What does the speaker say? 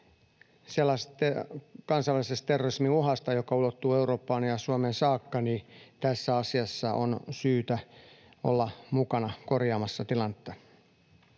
sellaisesta kansainvälisestä terrorismiuhasta, joka ulottuu Eurooppaan ja Suomeen saakka, niin tässä asiassa on syytä olla mukana korjaamassa tilannetta.